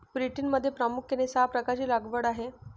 ब्रिटनमध्ये प्रामुख्याने सहा प्रकारची लागवड आहे